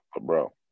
bro